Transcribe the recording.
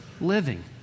living